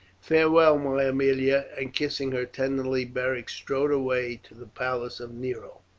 farewell, my aemilia! and kissing her tenderly beric strode away to the palace of nero.